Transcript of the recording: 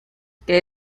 que